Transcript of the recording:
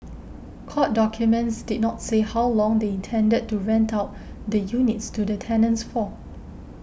court documents did not say how long they intended to rent out the units to the tenants for